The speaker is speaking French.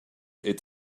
est